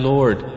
Lord